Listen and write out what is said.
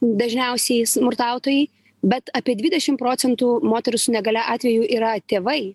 dažniausiai smurtautojai bet apie dvidešim procentų moterų su negalia atveju yra tėvai